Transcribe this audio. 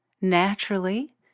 Naturally